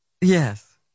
Yes